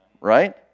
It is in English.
right